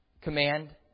command